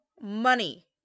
money